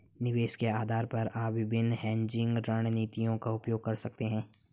निवेश के आधार पर आप विभिन्न हेजिंग रणनीतियों का उपयोग कर सकते हैं